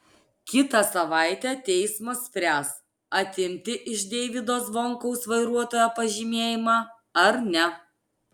kitą savaitę teismas spręs atimti iš deivydo zvonkaus vairuotojo pažymėjimą ar ne